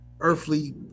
earthly